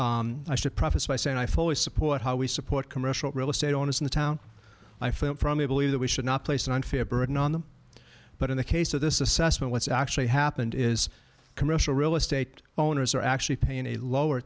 i should preface by saying i fully support how we support commercial real estate owners in the town i phone from me believe that we should not place an unfair burden on them but in the case of this assessment what's actually happened is commercial real estate owners are actually paying a lower